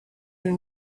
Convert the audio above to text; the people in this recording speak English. and